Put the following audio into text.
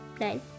Nine